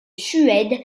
suède